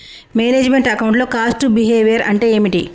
Manage meant account లో cost behaviour అంటే ఏమిటి?